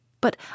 But